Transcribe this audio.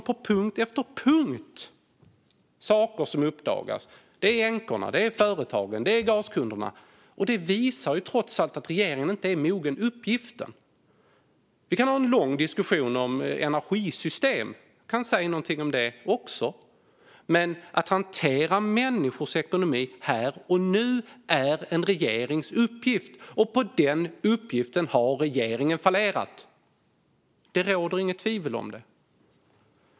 På punkt efter punkt uppdagas saker - det är änkorna, det är företagen, det är gaskunderna. Det visar att regeringen inte är mogen uppgiften. Vi kan ha en lång diskussion om energisystem. Vi kan säga någonting om det också. Men att hantera människors ekonomi här och nu är en regerings uppgift, och på den uppgiften har regeringen fallerat. Det råder inget tvivel om det.